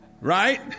Right